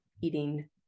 eating